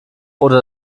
oder